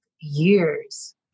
years